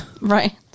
Right